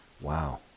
Wow